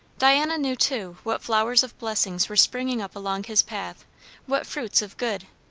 diana knew, too, what flowers of blessings were springing up along his path what fruits of good.